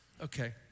Okay